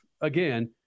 again